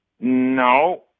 No